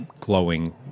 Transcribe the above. glowing